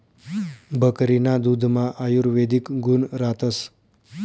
बकरीना दुधमा आयुर्वेदिक गुण रातस